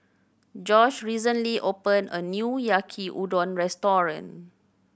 Josh recently opened a new Yaki Udon Restaurant